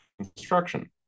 construction